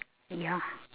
ya